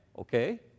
okay